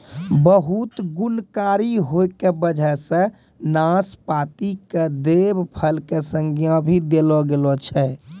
बहुत गुणकारी होय के वजह सॅ नाशपाती कॅ देव फल के संज्ञा भी देलो गेलो छै